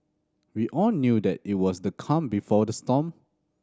we all knew that it was the calm before the storm